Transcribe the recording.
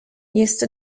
jest